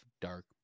dark